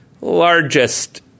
largest